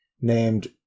named